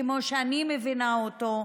כמו שאני מבינה אותו,